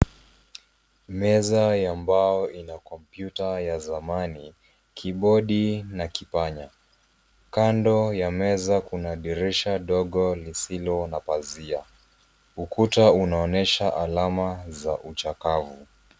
Meza ya mbao ina kompyuta ya zamani kibodi na kipanya, kando ya meza kuna dirisha ndogo lisilo na pazia. Ukuta unaonyesha alama za uchakavu.